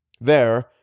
There